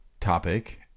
topic